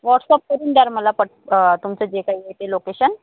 WhatsApp करून द्याल मला पट तुमचं जे काही आहे ते लोकेशन